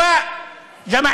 ועל